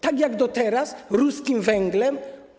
Tak jak teraz, ruskim węglem?